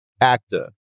actor